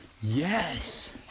Yes